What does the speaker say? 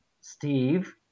Steve